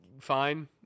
fine